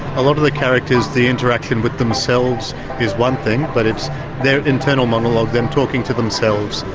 a lot of the characters, the interaction with themselves is one thing but it's their internal monologue, them talking to themselves.